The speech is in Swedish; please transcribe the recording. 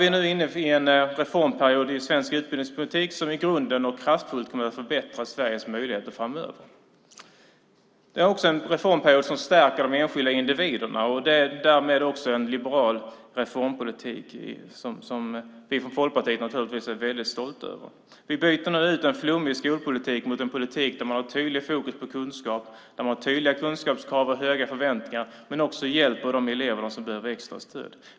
Vi är nu inne i en reformperiod i svensk utbildningspolitik som i grunden kraftfullt kommer att förbättra Sveriges möjligheter framöver. Det är också en reformperiod som stärker de enskilda individerna, och det är därmed en liberal reformpolitik som vi från Folkpartiet naturligtvis är väldigt stolta över. Vi byter nu ut en flummig skolpolitik mot en politik där man har tydligt fokus på kunskap och där man har tydliga kunskapskrav och höga förväntningar men också hjälper de elever som behöver extra stöd.